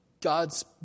God's